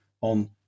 on